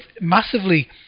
massively